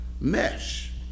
mesh